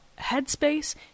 Headspace